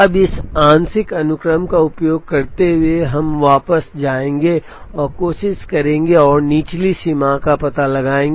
अब इस आंशिक अनुक्रम का उपयोग करते हुए हम अब वापस जाएंगे और कोशिश करेंगे और निचली सीमा का पता लगाएंगे